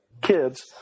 kids